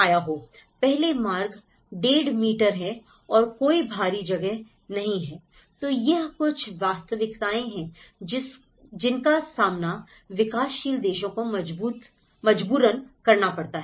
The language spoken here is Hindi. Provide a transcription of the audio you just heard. पैदल मार्ग 15 मीटर है और कोई बाहरी जगह नहीं है तो ये कुछ वास्तविकताएं हैं जिनका सामना विकासशील देशों को मजबूरन करना पड़ता है